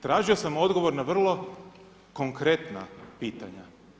Tražio sam odgovor na vrlo konkretna pitanja.